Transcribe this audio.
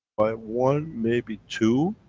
by one maybe two,